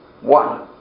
one